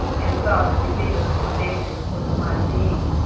and thus relieve us from danger for the time being.